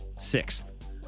Sixth